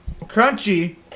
crunchy